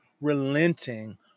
relenting